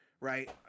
right